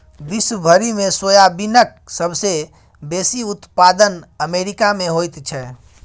विश्व भरिमे सोयाबीनक सबसे बेसी उत्पादन अमेरिकामे होइत छै